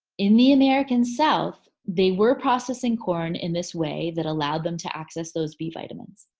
in the american south, they were processing corn in this way that allowed them to access those b vitamins.